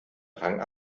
rang